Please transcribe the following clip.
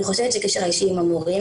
אני חושבת שקשר אישי עם המורים,